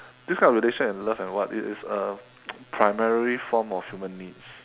this kind of relation and love and what it is a primary form of human needs